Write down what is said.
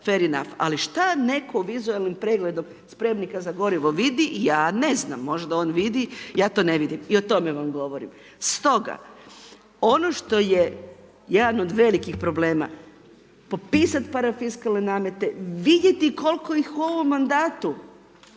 Ali šta netko vizualnim pregledom spremnika za gorivo vidi? Ja ne znam. Možda on vidi, ja to ne vidim. I o tome vam govorim. Stoga ono što je jedan od velikih problema, popisat parafiskalne namete, vidjeti koliko ih u ovom mandatu,